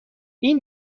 این